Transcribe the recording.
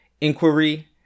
inquiry